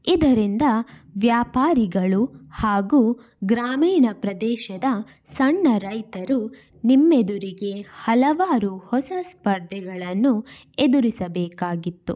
ಇದರಿಂದ ವ್ಯಾಪಾರಿಗಳು ಹಾಗೂ ಗ್ರಾಮೀಣ ಪ್ರದೇಶದ ಸಣ್ಣ ರೈತರು ನಿಮ್ಮೆದುರಿಗೆ ಹಲವಾರು ಹೊಸ ಸ್ಪರ್ಧೆಗಳನ್ನು ಎದುರಿಸಬೇಕಾಗಿತ್ತು